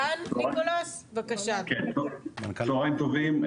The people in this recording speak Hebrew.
צוהריים טובים,